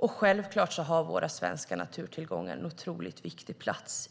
Och självklart har våra svenska naturtillgångar en otroligt viktig plats